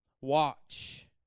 Watch